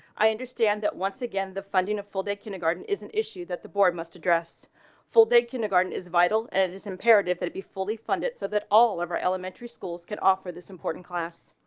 i understand that once again, the funding of full day kindergarten is an issue that the board must address full day kindergarten is vital and it's imperative that it be fully funded so that all of our elementary schools can offer this important class.